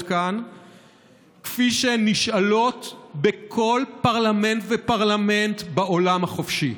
כאן כפי שהן נשאלות בכל פרלמנט ופרלמנט בעולם החופשי.